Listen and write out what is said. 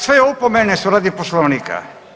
Sve opomene su radi Poslovnika.